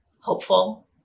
hopeful